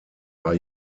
war